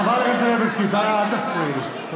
חברת הכנסת לוי אבקסיס, לא מפסיקים לצעוק כאן.